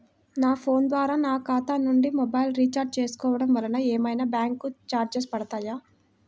నా ఫోన్ ద్వారా నా ఖాతా నుండి మొబైల్ రీఛార్జ్ చేసుకోవటం వలన ఏమైనా బ్యాంకు చార్జెస్ పడతాయా?